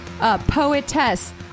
poetess